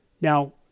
Now